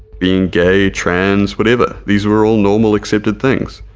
being gay, trans, whatever these were all normal accepted things,